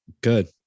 Good